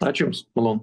ačiū jums malonu